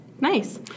Nice